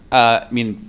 i mean.